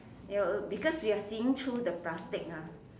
w~ because we are seeing through the plastic mah